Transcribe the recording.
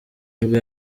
nibwo